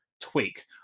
tweak